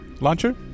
launcher